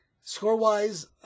Score-wise